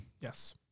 Yes